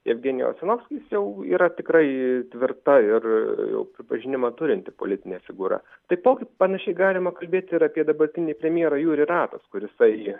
jevgenijus osinovskis jau yra tikrai tvirta ir jau pripažinimą turinti politinė figūra taipogi panašiai galima kalbėti ir apie dabartinį premjerą juri ratos kuri jisai